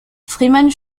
freeman